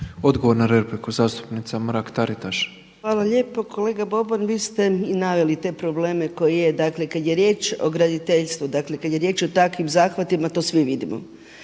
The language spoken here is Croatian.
Odgovor na repliku zastupnica Mrak Taritaš. **Mrak-Taritaš, Anka (HNS)** Hvala lijepo. Kolega Boban vi ste i naveli te probleme koje je, dakle kada je riječ o graditeljstvu, kad je riječ o takvim zahvatima to svi vidimo.